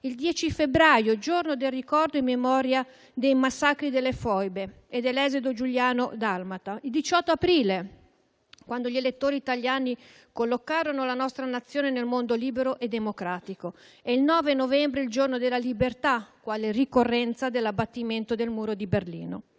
il 10 febbraio, Giorno del ricordo in memoria dei massacri delle foibe e dell'esodo giuliano-dalmata, il 18 aprile, quando gli elettori italiani collocarono la nostra Nazione nel mondo libero e democratico, e il 9 novembre, il Giorno della libertà quale ricorrenza dell'abbattimento del Muro di Berlino.